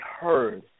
heard